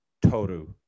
Toru